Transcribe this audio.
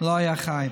לא היה חי.